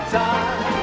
time